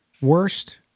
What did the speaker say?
worst